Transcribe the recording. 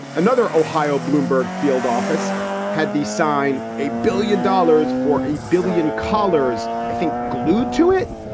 another ohio bloomberg field office had the sign. a billion dollars for a billion colors, i think, glued to it.